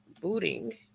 booting